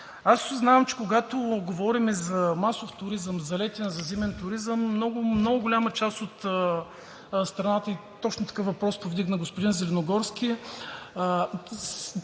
Осъзнавам, че когато говорим за масов туризъм, за летен, за зимен туризъм в много голяма част от страната – точно такъв въпрос повдигна господин Зеленогорски,